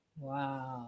Wow